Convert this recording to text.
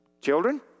Children